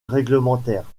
réglementaire